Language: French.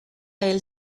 elle